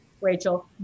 Rachel